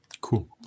Cool